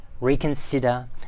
reconsider